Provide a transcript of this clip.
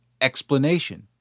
explanation